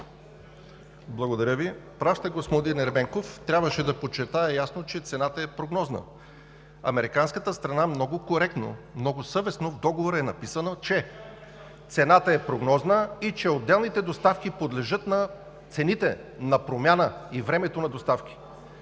Благодаря Ви. Прав сте, господин Ерменков, трябваше да подчертая ясно, че цената е прогнозна. Американската страна много коректно, много съвестно в договора е написала, че цената е прогнозна и че отделните доставки подлежат на цените на промяна и времето на доставки.